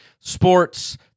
sports